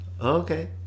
Okay